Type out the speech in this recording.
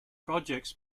projects